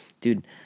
dude